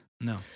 no